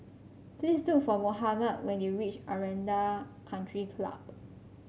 please look for Mohammad when you reach Aranda Country Club